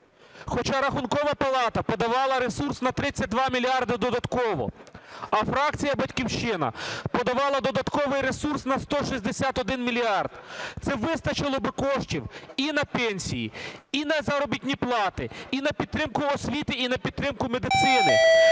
Хоча Рахункова палата подавала ресурс на 32 мільярди додатково, а фракція "Батьківщина" подавала додатковий ресурс на 161 мільярд. Це вистачило би коштів і на пенсії, і на заробітні плати, і на підтримку освіти, і на підтримку медицини,